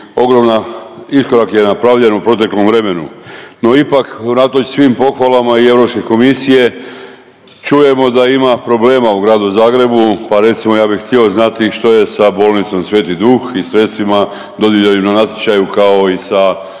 ogroman iskorak je napravljen u proteklom vremenu. No ipak unatoč svim pohvalama i Europske komisije čujemo da ima problema u gradu Zagrebu, pa recimo ja bih htio znati što je sa bolnicom Sveti Duh i sredstvima dodijeljenim na natječaju kao i sa